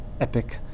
epic